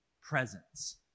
presence